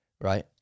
right